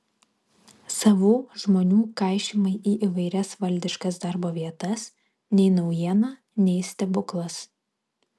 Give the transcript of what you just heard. savų žmonių kaišymai į įvairias valdiškas darbo vietas nei naujiena nei stebuklas